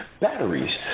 batteries